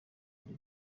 ari